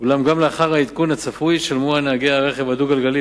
אולם גם לאחר העדכון הצפוי ישלמו נהגי הרכב הדו-גלגלי